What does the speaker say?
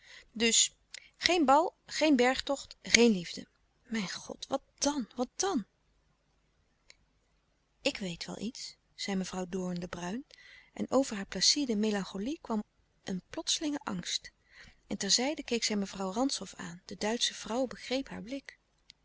dus geen bal geen bergtocht geen liefde mijn god wat dan wat dan ik weet wel iets zei mevrouw doorn de bruijn en over hare placide melancholie kwam een plotselinge angst en ter zijde keek zij mevrouw rantzow aan de duitsche vrouw begreep haar blik